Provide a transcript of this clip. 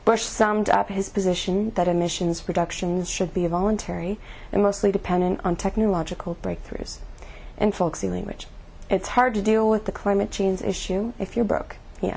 bush summed up his position that emissions reductions should be voluntary and mostly dependent on technological breakthroughs and folksy language it's hard to deal with the climate change issue if you're broke you know